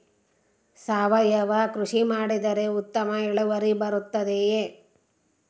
ಸಾವಯುವ ಕೃಷಿ ಮಾಡಿದರೆ ಉತ್ತಮ ಇಳುವರಿ ಬರುತ್ತದೆಯೇ?